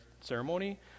ceremony